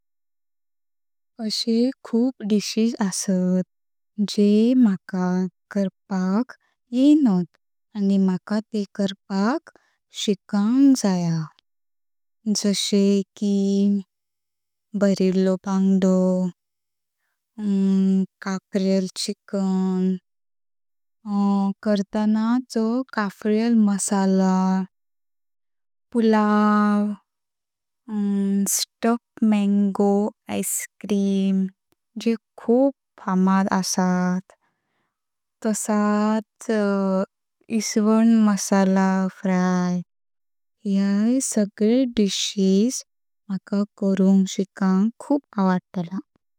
अशे खूप डिशेस अस्तात जे माका करपाक येयणात आणि माका तेह करपाक शिकंक जाया। जशे कि भरिल्लो बांंगडो, काफ्रियल चिकन करताना चो काफ्रियल मसाला, पुलाव, स्टफ्ड मॅंगो आइस-क्रीम जे खूप फामड अस्तात। तसाच विस्वन मसाला फ्राय हे सगले डिशेस माका करुंक शिकंक खूप आवडतला।